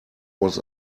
was